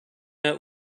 out